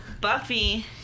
Buffy